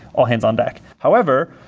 all hands on deck. however,